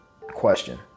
question